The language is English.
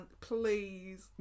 please